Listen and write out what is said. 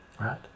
right